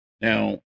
Now